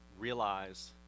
realize